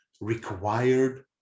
required